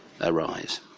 arise